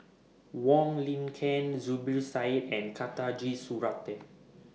Wong Lin Ken Zubir Said and Khatijah Surattee